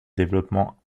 développement